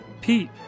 Pete